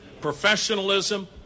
professionalism